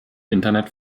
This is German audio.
internet